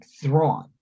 Thrawn